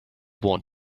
want